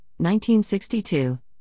1962